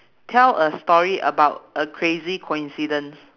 tell a story about a crazy coincidence